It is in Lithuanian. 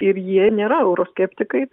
ir jie nėra euroskeptikai